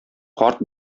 карт